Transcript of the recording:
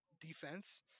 defense